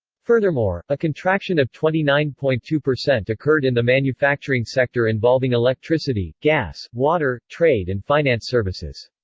furthermore, a contraction of twenty nine point two percent occurred in the manufacturing sector involving electricity, gas, water, trade and finance services.